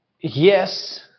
Yes